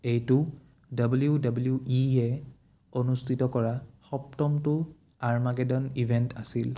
এইটো W W E য়ে অনুষ্ঠিত কৰা সপ্তমটো আৰ্মাগেডন ইভেণ্ট আছিল